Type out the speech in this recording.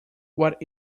what